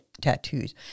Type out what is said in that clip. tattoos